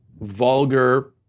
vulgar